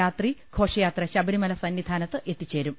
രാത്രി ഘോഷയാത്ര ശബരിമല സന്നിധാനത്ത് എത്തിച്ചേരും